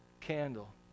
candle